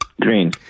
Green